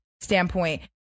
standpoint